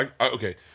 Okay